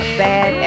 bad